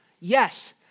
Yes